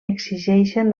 exigeixen